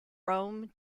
rome